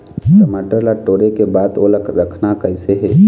टमाटर ला टोरे के बाद ओला रखना कइसे हे?